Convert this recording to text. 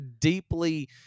deeply